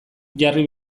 jarri